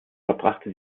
verbrachte